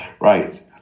Right